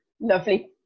lovely